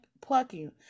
plucking